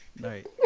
Right